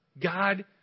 God